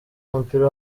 w’umupira